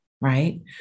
right